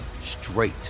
straight